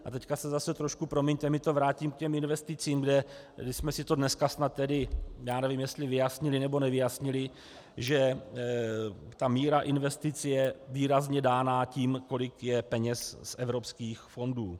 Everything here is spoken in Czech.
A teď se zase trošku, promiňte mi to, vrátím k těm investicím, kdy jsme si to dneska snad, tedy já nevím, jestli vyjasnili, nebo nevyjasnili, že ta míra investic je výrazně dána tím, kolik je peněz z evropských fondů.